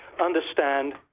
understand